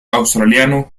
australiano